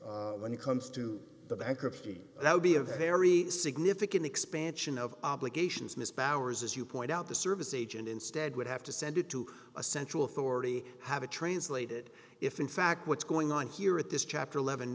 e when it comes to the bankruptcy that would be a very significant expansion of obligations miss powers as you point out the service agent instead would have to send it to a central authority have a translated if in fact what's going on here at this chapter eleven